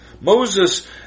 Moses